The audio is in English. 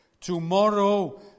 tomorrow